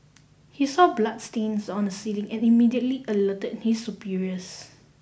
he saw bloodstains on the ceiling and immediately alerted his superiors